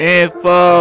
Info